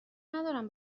ندارم